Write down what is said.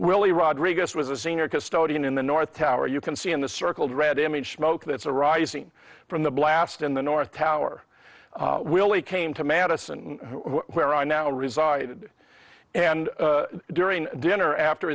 willie rodriguez was a senior custodian in the north tower you can see in the circled red image smoke that's arising from the blast in the north tower willie came to madison where i now reside and during dinner after